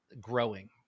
growing